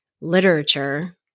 literature